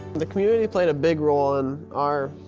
the community played a big role in our,